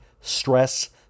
stress